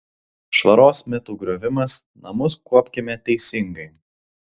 švaros mitų griovimas namus kuopkime teisingai